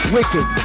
Wicked